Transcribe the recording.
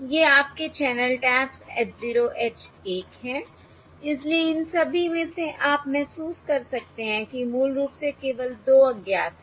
ये आपके channel taps h 0 h 1 हैं इसलिए इन सभी में से आप महसूस कर सकते हैं कि मूल रूप से केवल 2 अज्ञात हैं